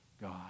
God